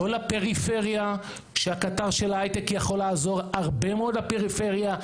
לא לפריפריה שהקטר של ההייטק יכול לעזור הרבה מאוד לפריפריה,